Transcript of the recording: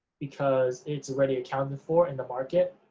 because it's already accounted for in the market.